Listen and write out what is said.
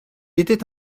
était